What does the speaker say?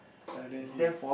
Syler here